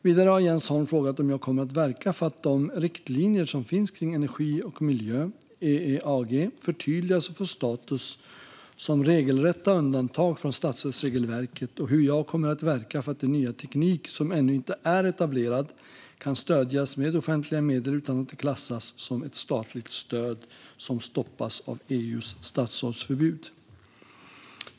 Vidare har Jens Holm frågat om jag kommer att verka för att de riktlinjer som finns kring energi och miljö, EEAG, förtydligas och får status som regelrätta undantag från statsstödsregelverket och hur jag kommer att verka för att den nya teknik som ännu inte är etablerad kan stödjas med offentliga medel utan att det klassas som ett statligt stöd som stoppas av EU:s statsstödsförbud.